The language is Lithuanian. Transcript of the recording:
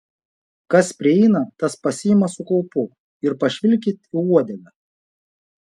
kas prieina tas pasiima su kaupu ir pašvilpkit į uodegą